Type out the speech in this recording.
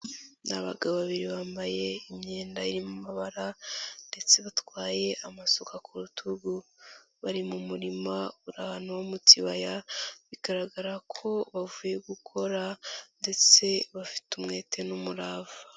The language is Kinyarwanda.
Ni abagabo babiri bambaye imyenda iri mu mabara ndetse batwaye amasuka ku rutugu. Bari mu murima uri ahantu mu kibaya, bigaragara ko bavuye gukora ndetse bafite umwete n'umurava.